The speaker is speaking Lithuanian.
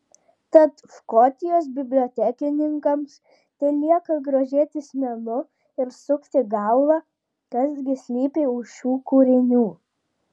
tad škotijos bibliotekininkams telieka grožėtis menu ir sukti galvą kas gi slypi už šių kūrinių